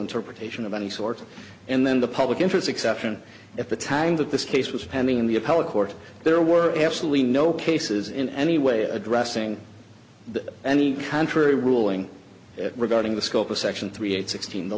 interpretation of any sort and then the public interest exception at the time that this case was pending in the appellate court there were absolutely no cases in any way addressing any contrary ruling regarding the scope of section three eight sixteen the